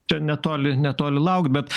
čia netoli netoli laukt bet